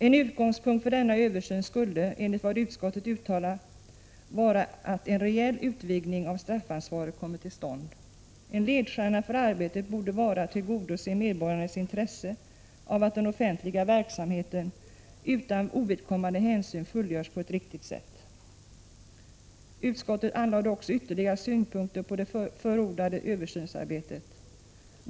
En utgångspunkt för denna översyn skulle, enligt vad utskottet uttalade, vara att en reell utvidgning av straffansvaret kommer till stånd; en ledstjärna för arbetet borde vara att tillgodose medborgarnas intresse av att den offentliga verksamheten utan ovidkommande hänsyn fullgörs på ett riktigt sätt. Utskottet anlade också ytterligare synpunkter på det förordade översynsarbetet.